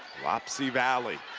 wapsie valley.